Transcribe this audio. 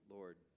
Lord